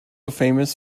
famous